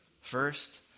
first